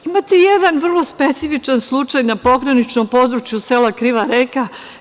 Imate jedan vrlo specifičan slučaj na pograničnom području sela Kriva Reka.